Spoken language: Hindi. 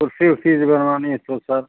कुर्सी वुर्सी भी बनवानी है सब सर